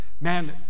Man